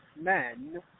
men